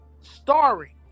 starring